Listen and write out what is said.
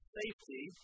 safety